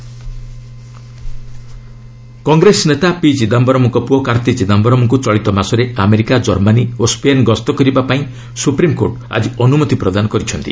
SC Chidambaram Congress ନେତା P ଚିଦାୟରମଙ୍କ ପୁଅ କାର୍ତ୍ତୀ ଚିଦାୟମରଙ୍କୁ ଚଳିତ ମାସରେ ଆମେରିକା କର୍ମାନୀ ଓ ସ୍କେନ୍ ଗସ୍ତ କରିବା ପାଇଁ ସୁପ୍ରିମ୍କୋର୍ଟ ଆକି ଅନୁମତି ପ୍ରଦାନ କରିଛନ୍ତି